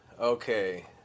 okay